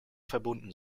verbunden